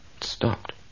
stopped